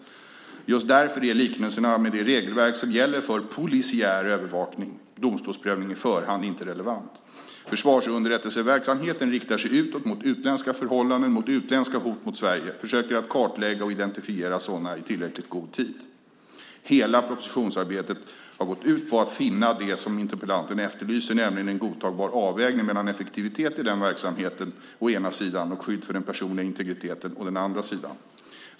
Just därför är liknelserna med det regelverk som gäller för polisiär övervakning, domstolsprövning i förhand, inte relevant. Försvarsunderrättelseverksamheten riktar sig utåt mot utländska förhållanden och mot utländska hot mot Sverige och försöker att kartlägga och identifiera sådana i tillräckligt god tid. Hela propositionsarbetet har gått ut på att finna det som interpellanten efterlyser, nämligen en godtagbar avvägning mellan effektivitet i denna verksamhet å ena sidan och skydd för den personliga integriteten å den andra sidan.